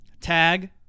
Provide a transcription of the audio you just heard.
tag